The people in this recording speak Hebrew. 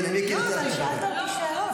הינה, מיקי רוצה להעביר שלוש דקות.